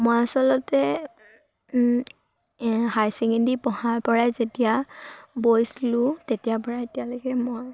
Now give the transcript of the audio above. মই আচলতে high secondary পঢ়াৰ পৰাই যেতিয়া বৈছিলোঁ তেতিয়াৰ পৰাই এতিয়ালৈকে মই